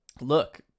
look